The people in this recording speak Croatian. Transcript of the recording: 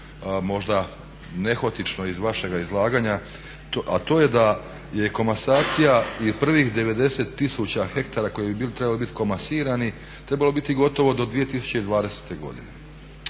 možda nehotično iz vašega izlaganja a to je da je komasacija i prvih 90 tisuća hektara koji bi trebali biti komasirani trebalo biti gotovo do 2020. godine.